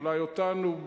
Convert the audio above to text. אולי אותנו,